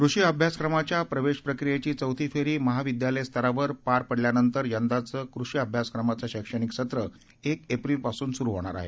कृषी अभ्यासक्रमाच्या प्रवेशप्रक्रियेची चौथी फेरी महाविद्यालयस्तरावर पार पडल्यानंतर यंदाचे कृषी अभ्यासक्रमाचे शैक्षणिक सत्र एक एप्रिलपासून सुरु होणार आहे